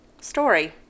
story